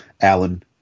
alan